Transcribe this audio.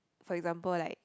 for example like